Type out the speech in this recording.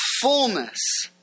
fullness